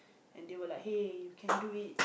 and they will like hey you can do it